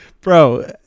Bro